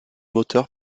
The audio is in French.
moteur